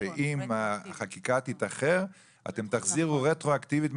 שאם החקיקה תתאחר אתם תחזירו רטרואקטיבית,